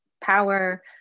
power